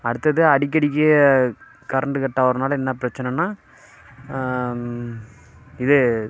அடுத்தது அடிக்கடிக்கி current cut ஆகுறதுனால என்ன பிரச்சனைனா இது